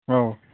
औ